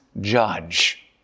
judge